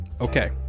Okay